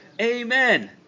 Amen